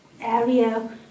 area